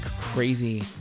crazy